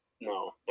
No